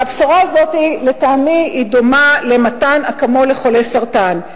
והבשורה הזאת לטעמי דומה למתן "אקמול" לחולה סרטן.